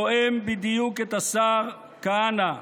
תואם בדיוק את השר כהנא,